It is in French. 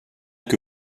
que